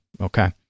okay